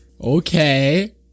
Okay